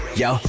yo